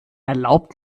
erlaubt